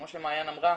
כמו שמעין אמרה,